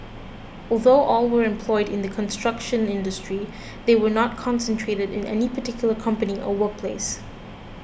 although all were employed in the construction industry they were not concentrated in any particular company or workplace